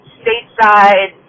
stateside